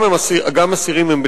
גם אסירים הם בני-אדם.